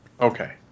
Okay